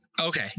Okay